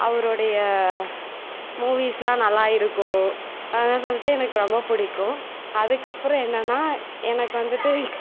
அவரோடைய மூவிஸ்லாம் நல்லா இருக்கும் அதனால சொல்லிட்டு எனக்கு ரொம்ப பிடிக்கும் அதுக்கப்புறம் என்னென்னா எனக்கு வந்துட்டு